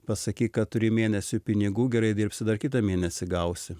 pasakyk kad turi mėnesiui pinigų gerai dirbsi dar kitą mėnesį gausi